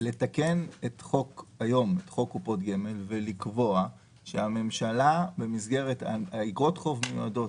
לתקן את חוק קופות גמל ולקבוע שהממשלה במסגרת אגרות חוב מיועדות